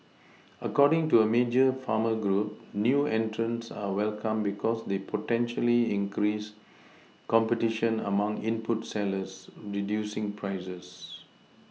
according to a major farmer group new entrants are welcome because they potentially increase competition among input sellers Reducing prices